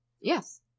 Yes